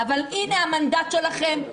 -- אבל הנה המנדט שלכם,